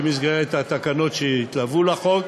במסגרת התקנות שיתלוו לחוק.